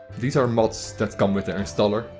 these are mods that come with a installer.